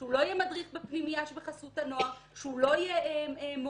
כדי שהוא לא יהיה מדריך בפנימייה שבחסות הנוער,